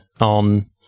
on